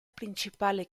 principale